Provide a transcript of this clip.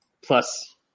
plus